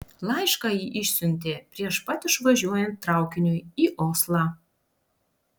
laišką ji išsiuntė prieš pat išvažiuojant traukiniui į oslą